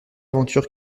aventure